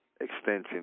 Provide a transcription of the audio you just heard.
extension